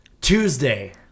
Tuesday